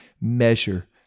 measure